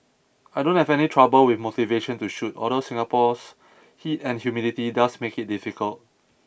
I don't have any trouble with motivation to shoot although Singapore's heat and humidity does make it difficult